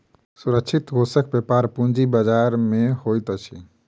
सुरक्षित कोषक व्यापार पूंजी बजार में होइत अछि